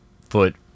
foot